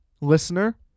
listener